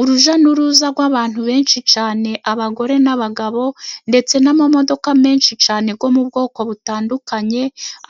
Urujya n'uruza rw'abantu benshi cyane, abagore n'abagabo ndetse n'amamodoka menshi cyane, yo mu bwoko butandukanye